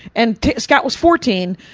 and scott was fourteen,